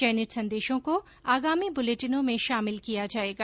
चयनित संदेशों को आगामी बुलेटिनों में शामिल किया जाएगा